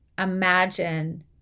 imagine